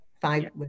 five